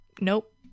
nope